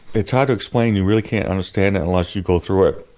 it's hard to explain, you really can't understand it unless you go through it.